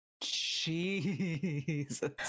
Jesus